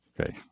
Okay